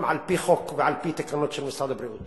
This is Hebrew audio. על-פי חוק ועל-פי התקנות של משרד הבריאות